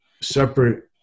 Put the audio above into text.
separate